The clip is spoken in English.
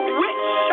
witch